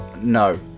no